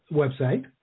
website